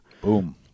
Boom